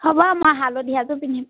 হ'ব মই হালধীয়াযোৰ পিন্ধিম